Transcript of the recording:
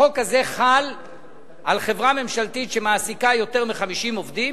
החוק הזה חל על חברה ממשלתית שמעסיקה יותר מ-50 עובדים,